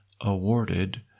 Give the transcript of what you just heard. awarded